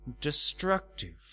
destructive